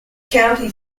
county